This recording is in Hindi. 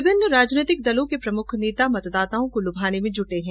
विभिन्न राजनीतिक दलों के प्रमुख नेता मतदाताओं को लुभाने में जुटे हैं